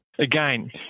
Again